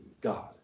God